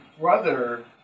brother